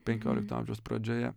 penkiolikto amžiaus pradžioje